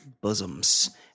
bosoms